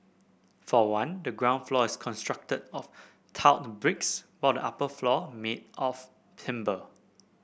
for one the ground floor is constructed of tiled bricks while the upper floors made of timber